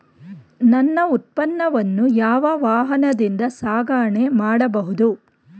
ನನ್ನ ಉತ್ಪನ್ನವನ್ನು ಯಾವ ವಾಹನದಿಂದ ಸಾಗಣೆ ಮಾಡಬಹುದು?